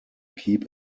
keep